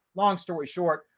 long story short,